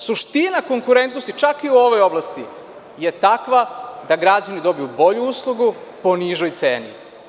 Suština konkurentnosti, čak i u ovoj oblasti je takva da građani dobiju bolju uslugu po nižoj ceni.